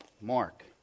Mark